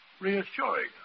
reassuring